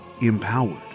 empowered